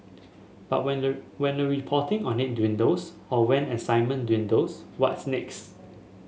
but when the when the reporting on it dwindles or when excitement dwindles what's next